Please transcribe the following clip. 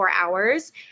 hours